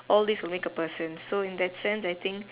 all these will make a person so in that sense I think